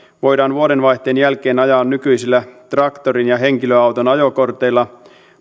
voidaan vuodenvaihteen jälkeen ajaa nykyisillä traktorin ja henkilöauton ajokorteilla